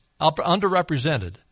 underrepresented